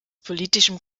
politischem